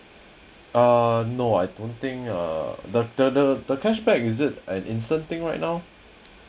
uh no I don't think uh the the the the cashback is it an instant thing right now